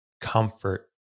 comfort